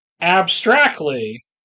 abstractly